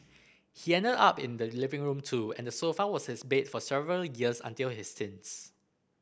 he ended up in the living room too and the sofa was his bed for several years until his teens